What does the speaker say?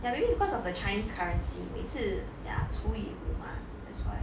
ya maybe because of the chinese currency 每次 ya 除以五 mah that's why